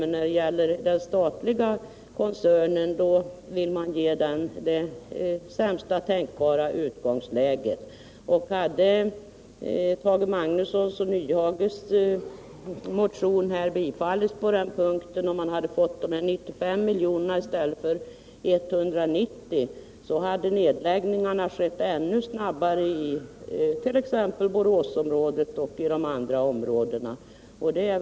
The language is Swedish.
Men den statliga koncernen vill man ge sämsta tänkbara utgångsläge. Skulle Tage Magnussons och Hans Nyhages motion bifallas, så att man fick 95 miljoner i stället för 190, skulle nedläggningarna i Boråsområdet och de andra områdena ske ännu snabbare.